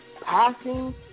passing